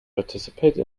participate